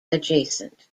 adjacent